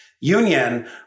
union